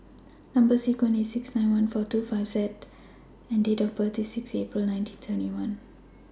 Number sequence IS S six nine one four two five seven Z and Date of birth IS six April nineteen seventy one